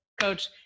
Coach